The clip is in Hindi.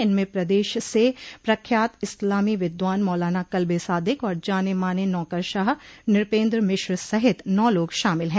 इनमें प्रदेश से प्रख्यात इस्लामी विद्वान मौलाना कल्बे सादिक और जाने माने नौकरशाह नृपेन्द्र मिश्र सहित नौ लोग शामिल हैं